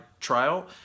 trial